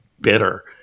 bitter